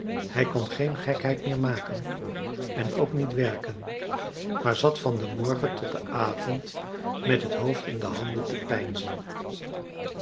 hij kon geen gekheid meer maken en ook niet werken maar zat van den morgen tot den avond met het hoofd in de handen te